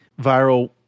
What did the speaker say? viral